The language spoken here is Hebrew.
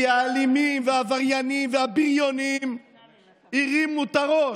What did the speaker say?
כי האלימים והעבריינים והבריונים הרימו את הראש.